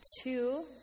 two